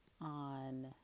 on